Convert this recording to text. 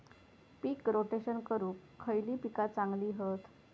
पीक rotation करूक खयली पीका चांगली हत?